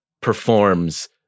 performs